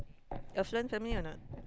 your send me or not